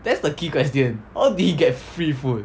that's the key question how did he get free food